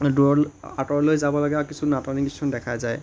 দূৰলৈ আঁতৰলৈ যাবলগীয়া আৰু কিছুমান নাটনি কিছুমান দেখা যায়